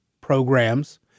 programs